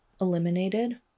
eliminated